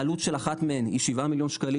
העלות של אחת מהן היא 7 מיליון שקלים